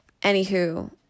Anywho